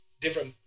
different